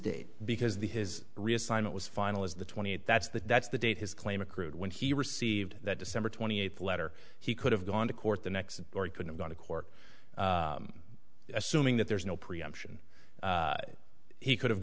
date because the his reassignment was final is the twenty eight that's the that's the date his claim accrued when he received that december twenty eighth letter he could have gone to court the next or he could have gone to court assuming that there's no preemption he could have